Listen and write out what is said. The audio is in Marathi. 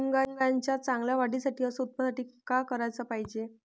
मुंगाच्या चांगल्या वाढीसाठी अस उत्पन्नासाठी का कराच पायजे?